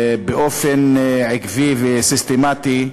באופן עקבי וסיסטמטי,